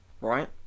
right